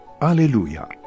Alleluia